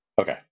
Okay